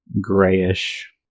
grayish